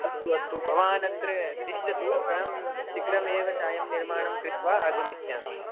अस्तु अस्तु भवान् अत्र तिष्ठतु अहं शीघ्रमेव चायं निर्माणं कृत्वा आगमिष्यामि